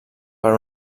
per